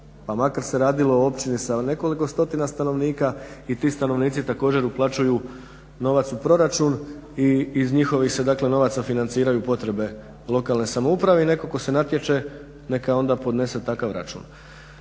pa makar se radilo o općini sa nekoliko stotina stanovnika i ti stanovnici također uplaćuju novac u proračun i iz njihovih se dakle novaca financiraju potrebe lokalne samouprave i netko tko se natječe neka onda podnese takav račun.